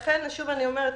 לכן שוב אני אומרת,